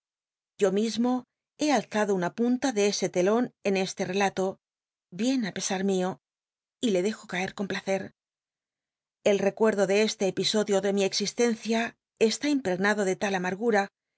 yo mismo he alzado una punta de ese telon en este relato bien á pesar mío y le dejo caer con place el recuerdo de este episodio de mi existencia esta impregnado de tal amargura